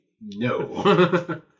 no